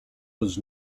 was